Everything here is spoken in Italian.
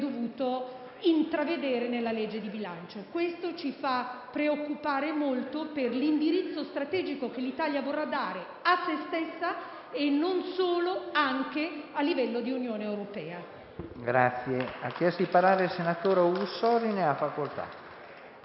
intravedere nella legge di bilancio. Questo ci fa preoccupare molto, per l'indirizzo strategico che l'Italia vorrà dare a se stessa e non solo, anche a livello di Unione europea.